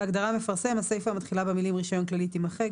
בהגדרה "מפרסם" הסיפה מתחילה במילים "רישיון כללי" תמחק,